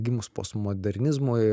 gimus postmodernizmui